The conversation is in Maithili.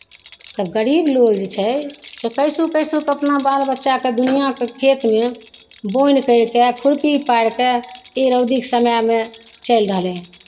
तब गरीब लोक जे छै से कैसहु कैसहु कऽ अपना बाल बच्चाके दुनियाके खेतमे बोनि करि कऽ खुरपी पारि कऽ ई रौदीके समयमे चलि रहलै हन